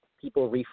people